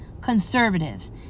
Conservatives